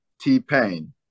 T-Pain